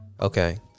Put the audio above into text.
Okay